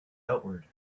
outward